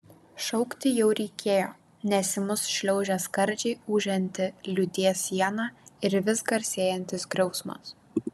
šaukti jau reikėjo nes į mus šliaužė skardžiai ūžianti liūties siena ir vis garsėjantis griausmas